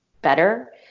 Better